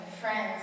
friends